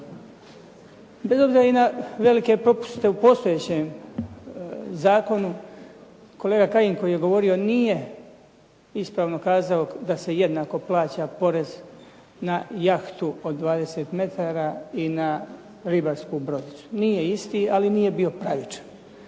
Bez obzira i na velike propuste u postojećem zakonu, kolega Kajin koji je govorio nije ispravno kazao da se jednako plaća porez na jahtu od 20 metara i na ribarsku brodicu. Nije isti, ali nije bio pravičan.